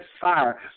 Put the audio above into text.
fire